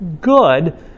good